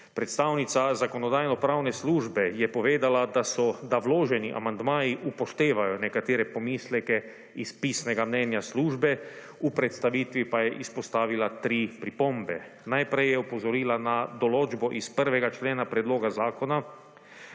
Predstavnica Zakonodajno-pravne službe je povedala, da vloženi amandmaji upoštevajo nekatere pomisleke iz pisnega mnenja službe, v predstavitvi pa je izpostavila tri pripombe. Najprej je opozorila na določbo iz 1. člena predloga zakona